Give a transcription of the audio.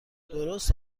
درست